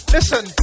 Listen